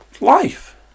Life